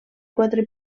quatre